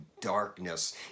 darkness